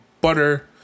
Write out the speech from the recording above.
butter